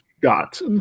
Got